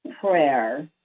prayer